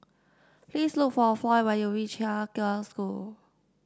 please look for Floyd when you reach Haig Girls' School